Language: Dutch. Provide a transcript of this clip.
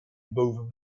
boven